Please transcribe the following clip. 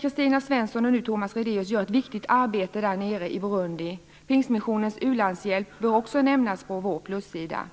Kristina Svensson gjorde tidigare och Thomas Redaeus gör nu ett viktigt arbete där nere i Burundi. Pingstmissionens u-landshjälp bör också nämnas på vår plussida.